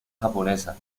japonesa